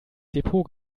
depot